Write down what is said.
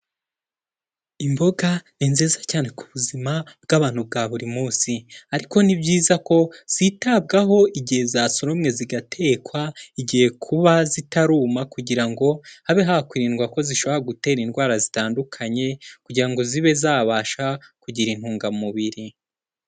Imboga ni nziza cyane ku buzima bw'abantu bwa buri munsi, ariko ni byiza ko zitabwaho igihe zasoromwe zigatekwa, igihe kuba zitaruma kugira ngo habe hakwirindwa ko zishobora gutera indwara zitandukanye, kugira ngo zibe zabasha kugira intungamubiri.